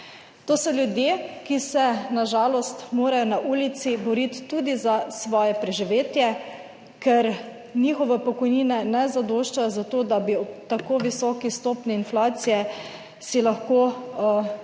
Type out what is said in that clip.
To so ljudje, ki se na žalost morajo na ulici boriti tudi za svoje preživetje, ker njihove pokojnine ne zadoščajo za to, da bi ob tako visoki stopnji inflacije si lahko privoščili